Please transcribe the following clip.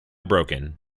broken